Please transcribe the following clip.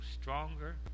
stronger